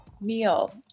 meal